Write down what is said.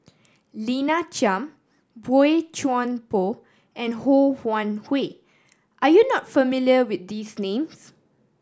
Lina Chiam Boey Chuan Poh and Ho Wan Hui are you not familiar with these names